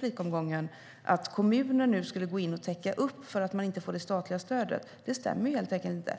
senaste inlägg, att kommunen nu skulle gå in och täcka upp för att man inte får det statliga stödet, stämmer helt enkelt inte.